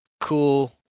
cool